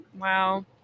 Wow